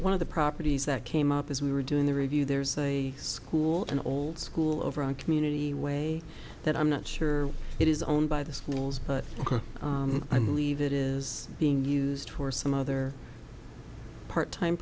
one of the properties that came up as we were doing the review there's a school an old school over a community way that i'm not sure it is owned by the schools but i believe it is being used for some other part time